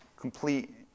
complete